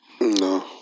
No